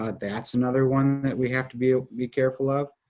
ah that's another one that we have to be ah be careful of.